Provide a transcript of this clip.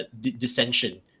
dissension